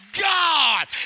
God